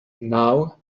now